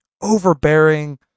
overbearing